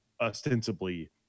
ostensibly